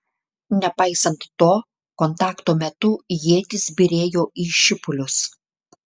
nepaisant to kontakto metu ietys byrėjo į šipulius